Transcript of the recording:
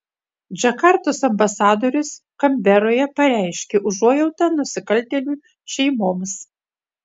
džakartos ambasadorius kanberoje išreiškė užuojautą nusikaltėlių šeimoms